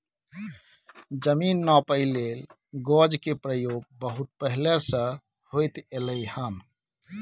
जमीन नापइ लेल गज के प्रयोग बहुत पहले से होइत एलै हन